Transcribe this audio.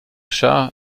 schah